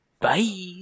Bye